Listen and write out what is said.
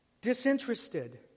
disinterested